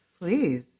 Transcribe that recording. please